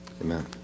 Amen